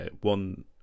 one